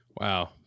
Wow